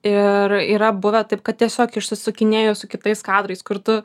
ir yra buvę taip kad tiesiog išsisukinėjau su kitais kadrais kur tu